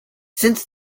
since